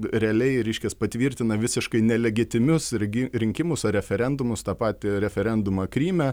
realiai reiškias patvirtina visiškai nelegitimius regi rinkimus ar referendumus tą patį referendumą kryme